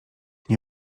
nie